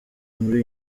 muri